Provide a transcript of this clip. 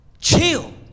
chill